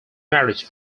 marriage